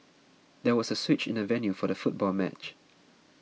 there was a switch in the venue for the football match